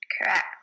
Correct